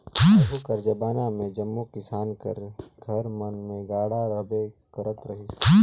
आघु कर जबाना मे जम्मो किसान कर घर मन मे गाड़ा रहबे करत रहिस